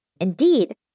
Indeed